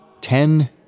Ten